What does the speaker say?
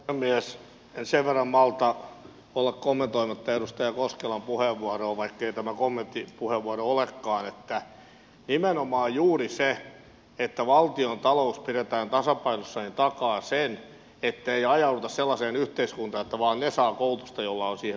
en malta sen verran olla kommentoimatta edustaja koskelan puheenvuoroon vaikkei tämä kommenttipuheenvuoro olekaan että nimenomaan juuri se että valtiontalous pidetään tasapainossa takaa sen ettei ajauduta sellaiseen yhteiskuntaan että vain ne saavat koulutusta joilla on siihen varaa